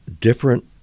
different